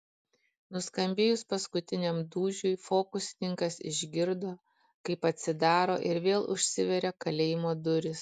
nuskambėjus paskutiniam dūžiui fokusininkas išgirdo kaip atsidaro ir vėl užsiveria kalėjimo durys